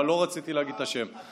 אבל לא רציתי להגיד את השם,